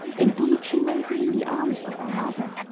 indeed she may be in the arms of another